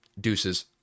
deuces